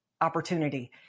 opportunity